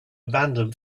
abandon